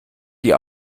die